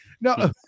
no